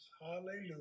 hallelujah